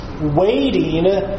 waiting